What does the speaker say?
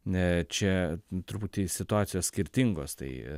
ne čia truputį situacijos skirtingos tai